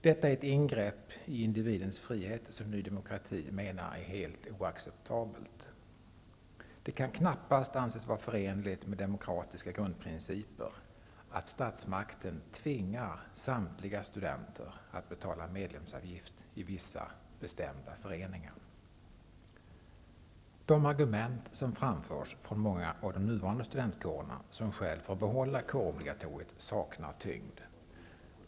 Detta är ett ingrepp i individens frihet som Ny demokrati menar är helt oacceptabelt. Det kan knappast anses vara förenligt med demokratiska grundprinciper att statsmakten tvingar samtliga studenter att betala medlemsavgift i vissa, bestämda föreningar. De argument som framförs från många av de nuvarande studentkårerna som skäl för att behålla kårobligatoriet saknar tyngd.